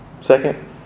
Second